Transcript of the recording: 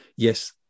Yes